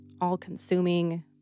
all-consuming